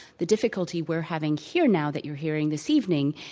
the difficulty we're having here now, that you're hearing this evening,